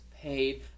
paid